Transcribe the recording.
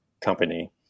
company